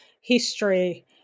history